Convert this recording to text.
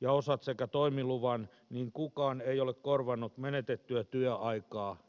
ja osat sekä toimiluvan niin kukaan ei ole korvannut menetettyä työaikaa ja toimeentuloa